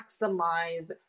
maximize